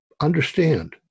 Understand